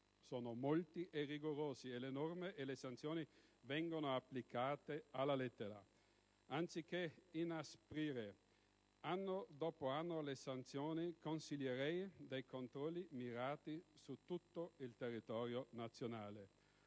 sono molti e rigorosi e le norme e le sanzioni vengono applicate alla lettera. Anziché inasprire anno dopo anno le sanzioni, consiglierei dei controlli mirati su tutto il territorio nazionale.